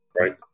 right